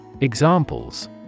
examples